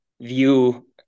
view